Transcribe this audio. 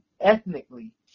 ethnically